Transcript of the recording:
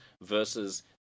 versus